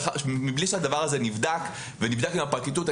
מבלי שהדבר הזה נבדק ונבדק עם הפרקליטות.